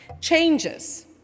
changes